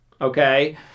Okay